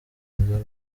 inzoga